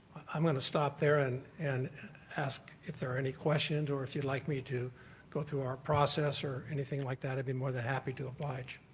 i'm going to stop there and and ask if there are any questions or if you like me to go through our process or anything like that i'd be more than happy to oblige.